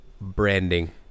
Branding